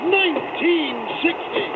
1960